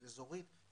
אזורים,